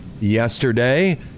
yesterday